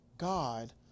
God